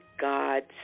God